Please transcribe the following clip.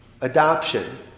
adoption